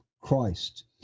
Christ